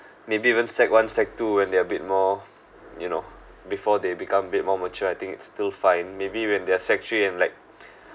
maybe even sec~ one sec~ two when they are a bit more you know before they become a bit more mature I think it's still fine maybe when they are sec~ three and like